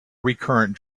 recurrent